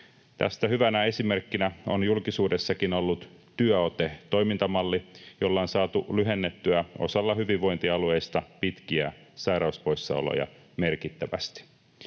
Tästä hyvänä esimerkkinä on julkisuudessakin ollut TYÖOTE-toimintamalli, jolla on osalla hyvinvointialueista saatu lyhennettyä pitkiä sairauspoissaoloja merkittävästi.